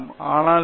ஆனால் பி